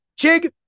Chig